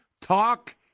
talk